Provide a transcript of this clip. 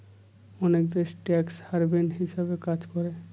অনেক দেশ tax haven হিসাবে কাজ করে